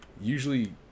usually